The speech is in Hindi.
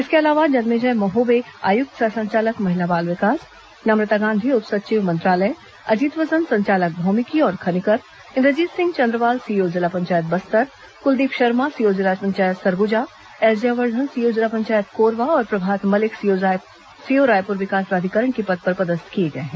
इसके अलावा जन्मेजय महोबे आयुक्त सह संचालक महिला बाल विकास नम्रता गांधी उप संचिव मंत्रालय अजीत वसंत संचालक भौमिकी और खनिकर्म इंद्रजीत सिंह चंद्रवाल सीईओ जिला पंचायत बस्तर कुलदीप शर्मा सीईओ जिला पंचायत सरगुजा एस जयवर्धन सीईओ जिला पंचायत कोरबा और प्रभात मलिक सीईओ रायपुर विकास प्राधिकरण के पद पर पदस्थ किए गए हैं